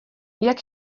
jak